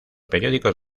periódicos